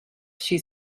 she